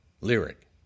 Lyric